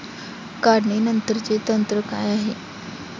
काढणीनंतरचे तंत्र काय आहे?